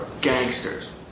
gangsters